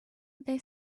they